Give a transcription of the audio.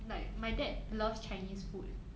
like my dad loves chinese food